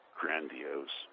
grandiose